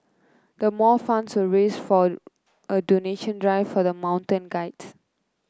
the more funds were raised from a donation drive for the mountain guides